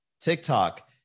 TikTok